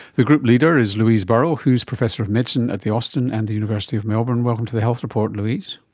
the group leader is louise burrell who's professor of medicine at the austin and the university of melbourne. welcome to the health report, louise.